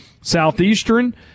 Southeastern